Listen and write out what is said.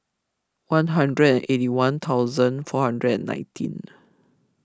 one hundred and eighty one thousand four hundred and nineteen